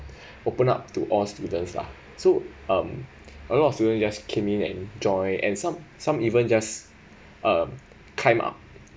open up to all students lah so um a lot of students just came in and join and some some even just climb up